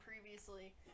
previously